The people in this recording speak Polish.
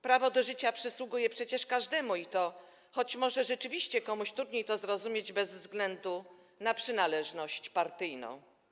Prawo do życia przysługuje przecież każdemu, i to, choć może rzeczywiście komuś trudniej to zrozumieć, bez względu na przynależność partyjną.